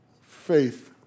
Faith